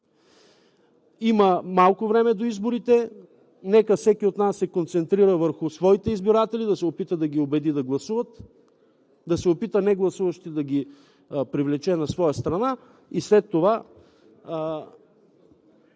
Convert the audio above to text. Има малко време до изборите, нека всеки от нас се концентрира върху своите избиратели, да се опита да ги убеди да гласуват, да се опита да привлече негласуващите на своя страна и след това